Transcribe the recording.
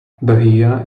bahia